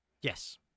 Yes